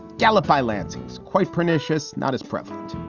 gallup by lansing's. quite pernicious, not as prevalent.